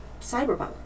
cyberpunk